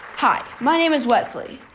hi. my name is wesley.